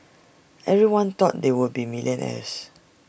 everyone thought they would be millionaires